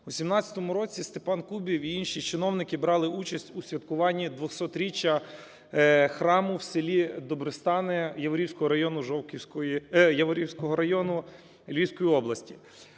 У 17-у році Степан Кубів і інші чиновники брали участь у святкуванні 200-річчя храму в селі Добростани Яворівського району Жовківської...